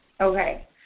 Okay